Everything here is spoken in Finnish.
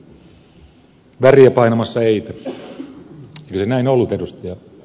eikö se näin ollut ed